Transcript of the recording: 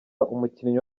umukinnyi